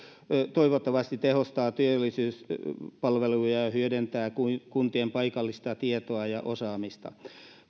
toivottavasti tehostaa työllisyyspalveluja ja hyödyntää kuntien paikallista tietoa ja osaamista